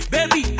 Baby